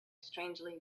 strangely